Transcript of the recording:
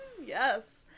Yes